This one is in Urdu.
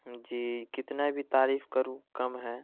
جی کتنا بھی تعریف کروں کم ہے